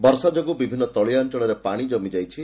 ବର୍ଷା ଯୋଗୁଁ ବିଭିନ୍ନ ତଳିଆ ଅଞ୍ଞଳରେ ପାଣି କମି ଯାଇଛି